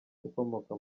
ukomoka